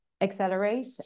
Accelerate